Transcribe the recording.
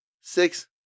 six